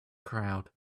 crowd